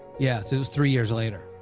yes it was three years later.